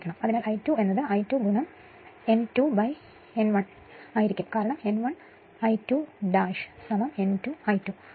അതിനാൽ I2 എന്നത് I2 N2 N1 ആയിരിക്കും കാരണം N1 I2 N2 I2